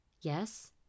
Yes